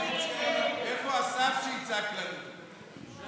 ההסתייגות (3) של